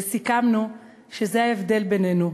וסיכמנו שזה ההבדל בינינו,